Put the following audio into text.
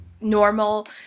normal